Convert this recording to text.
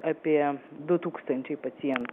apie du tūkstančiai pacientų